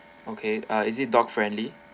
okay ah is it dog friendly